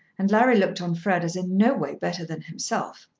and larry looked on fred as in no way better than himself.